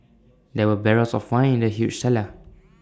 there were barrels of wine in the huge cellar